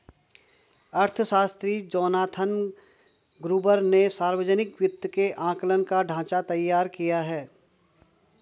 अर्थशास्त्री Jonathan Gruber ने सावर्जनिक वित्त के आंकलन का ढाँचा तैयार किया है